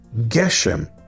Geshem